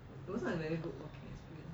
those are really good okay spirit